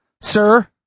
Sir